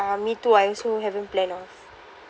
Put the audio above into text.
uh me too I also haven't planned of